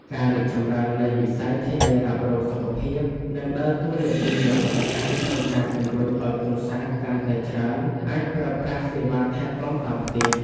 ការរីកចម្រើននៃវិស័យធានារ៉ាប់រងសុខភាព នឹងដើរតួនាទីយ៉ាងសំខាន់ក្នុងការជំរុញឱ្យគ្រួសារកាន់តែច្រើនអាចប្រើប្រាស់សេវាថែទាំតាមផ្ទះ។